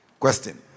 Question